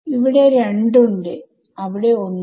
ഇവിടെ 2 ഉണ്ട് അവിടെ 1 ഉം